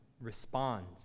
responds